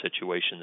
situation